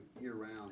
year-round